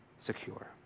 secure